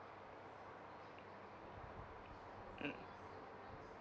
mm